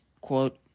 quote